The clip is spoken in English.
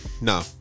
no